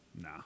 Nah